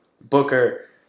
Booker